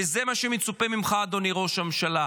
וזה מה שמצופה ממך, אדוני ראש הממשלה.